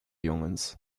jongens